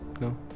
No